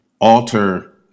alter